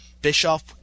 Bischoff